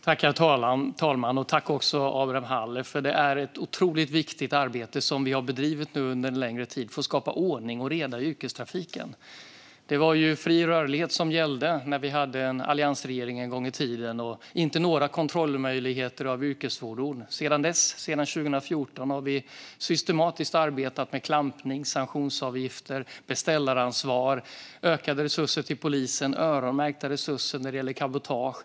Herr talman! Tack för frågan, Abraham Halef! Det är ett otroligt viktigt arbete som vi har bedrivit nu under en längre tid för att skapa ordning och reda i yrkestrafiken. Det var fri rörlighet som gällde när vi hade en alliansregering en gång i tiden, och det fanns inte några kontrollmöjligheter av yrkesfordon. Sedan dess har vi sedan 2014 systematiskt arbetat med klampning, sanktionsavgifter, beställaransvar, ökade resurser till polisen och öronmärkta resurser när det gäller cabotage.